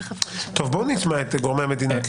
בואו נשמע את גורמי המדינה.